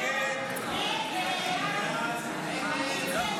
ההצעה להעביר את הצעת